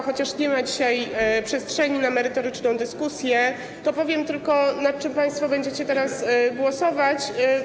Chociaż nie ma dzisiaj przestrzeni na merytoryczną dyskusję, to powiem tylko, nad czym państwo będziecie teraz głosować.